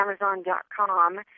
Amazon.com